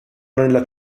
nella